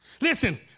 Listen